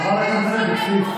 חברת הכנסת לוי אבקסיס,